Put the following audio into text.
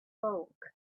bulk